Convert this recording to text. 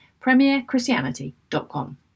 premierchristianity.com